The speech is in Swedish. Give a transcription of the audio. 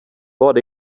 vad